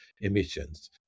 emissions